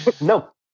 No